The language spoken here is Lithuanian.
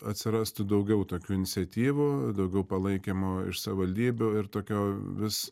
atsirastų daugiau tokių iniciatyvų daugiau palaikymo iš savivaldybių ir tokio vis